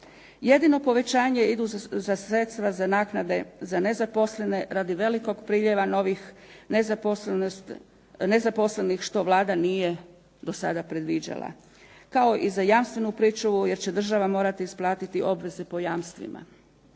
Jednino povećanje idu za sredstva za naknade za nezaposlene radi velikog broja priljeva novih nezaposlenih što Vlada nije do sada predviđala kao i za jamstvenu pričuvu, jer će država morati isplatiti obveze po jamstvima.